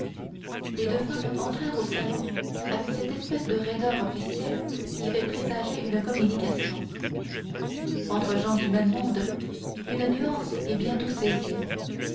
les deux femmes entrèrent au salon avec cette espèce de raideur officielle qui fait présager une communication entre gens du même monde une nuance est bientôt saisie